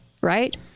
right